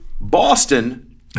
Boston